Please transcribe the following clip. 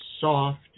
soft